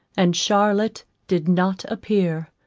and charlotte did not appear,